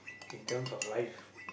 in terms of life